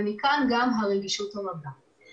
ומכאן גם הרגישות הרבה של העניין.